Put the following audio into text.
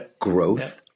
growth